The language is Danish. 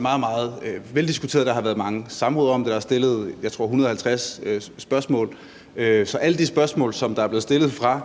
meget veldiskuteret. Der har været mange samråd om det, og der er stillet – tror jeg – 150 spørgsmål. Alle de spørgsmål, der er stillet af